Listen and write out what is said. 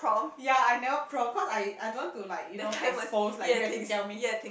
ya I never prompt cause I I don't want to like you know expose like Yue-Ting tell me